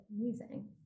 amazing